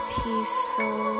peaceful